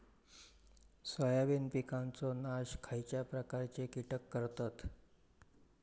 Soybean पिकांचो नाश खयच्या प्रकारचे कीटक करतत?